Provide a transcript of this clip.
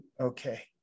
Okay